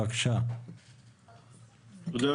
תודה,